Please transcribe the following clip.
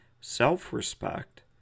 self-respect